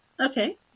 Okay